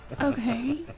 Okay